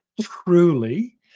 truly